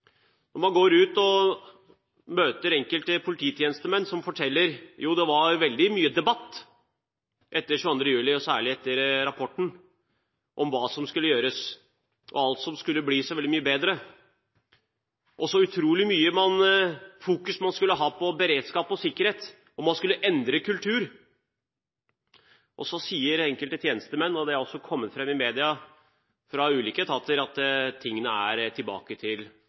var veldig mye debatt etter 22. juli, og særlig etter rapporten, om hva som skulle gjøres, og om alt som skulle bli så veldig mye bedre. Og så utrolig mye fokus man skulle ha på beredskap og sikkerhet, og man skulle endre kultur. Så sier enkelte tjenestemenn – og det er også kommet fram i media, fra ulike etater – at tingene er tilbake til